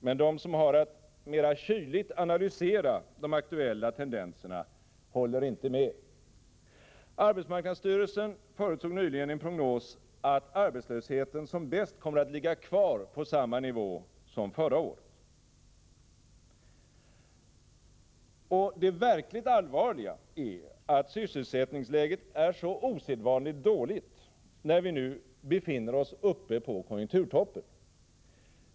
Men de som har att mera kyligt analysera de aktuella tendenserna håller inte med. Arbetsmarknadsstyrelsen förutsåg nyligen i en prognos att arbetslösheten som bäst kommer att ligga kvar på samma nivå som förra året. Det verkligt allvarliga är att sysselsättningsläget är så osedvanligt dåligt, när vi nu befinner oss uppe på konjunkturtoppen.